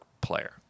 player